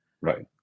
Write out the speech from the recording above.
Right